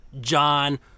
john